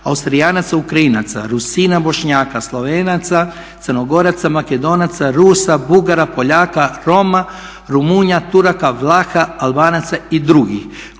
Austrijanaca, Ukrajinaca, Rusina, Bošnjaka, Slovenaca, Crnogoraca, Makedonaca, Rusa, Bugara, Poljaka, Roma, Rumunja, Turaka, Vlaha, Albanaca i drugih